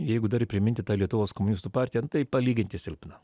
jeigu dar priminti tą lietuvos komunistų partiją nu tai palyginti silpna